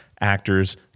actors